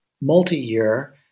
multi-year